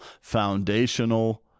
foundational